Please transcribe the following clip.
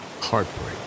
heartbreak